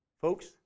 Folks